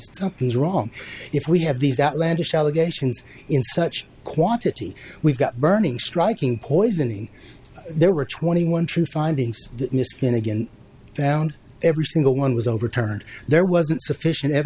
something is wrong if we have these outlandish allegations in such quantity we've got burning striking poisoning there were twenty one true findings that miskin again now and every single one was overturned there wasn't sufficient